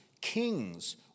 Kings